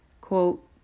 quote